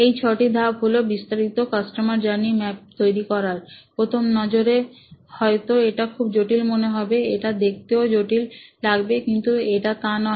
এই ছটি ধাপ হলো বিস্তারিত কাস্টমার জার্নি ম্যাপ তৈরি করার প্রথম নজরে হয়তো এটা খুব জটিল মনে হবে এটা দেখতেও জটিল লাগবে কিন্তু এটা তা নয়